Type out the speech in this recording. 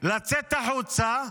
לצאת החוצה,